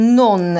non